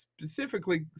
specifically